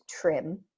trim